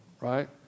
right